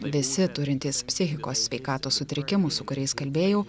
visi turintys psichikos sveikatos sutrikimų su kuriais kalbėjau